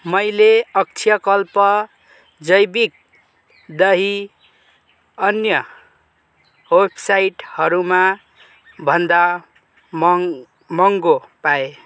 मैले अक्षयकल्प जैविक दही अन्य वेबसाइटहरूमा भन्दा महँगो पाएँ